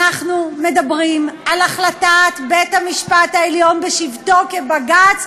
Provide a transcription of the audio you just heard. אנחנו מדברים על החלטת בית-המשפט העליון בשבתו כבג"ץ,